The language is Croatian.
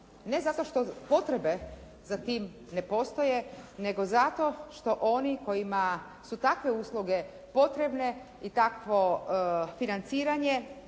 ne zato što potrebe za tim ne postoje, nego zato što onima koje usluge potrebne i takvo financiranje,